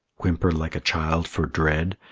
whimper like a child for dread?